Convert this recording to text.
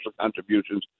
contributions